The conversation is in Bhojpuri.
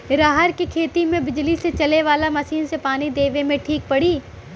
रहर के खेती मे बिजली से चले वाला मसीन से पानी देवे मे ठीक पड़ी?